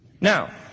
Now